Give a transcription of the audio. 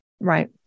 Right